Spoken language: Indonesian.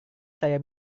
saya